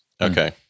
Okay